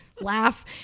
laugh